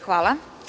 Hvala.